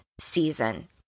season